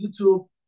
YouTube